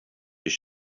you